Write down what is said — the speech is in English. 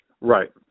Right